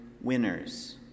winners